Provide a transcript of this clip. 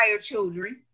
children